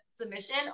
submission